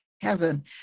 heaven